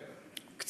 איך?